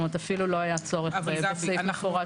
כלומר, אפילו לא היה צורך בסעיף מפורש בעניין הזה.